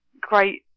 great